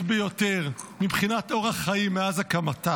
ביותר מבחינת אורח חיים מאז הקמתה,